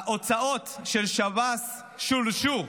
ההוצאות של שב"ס שולשו,